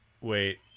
Wait